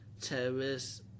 Terrorists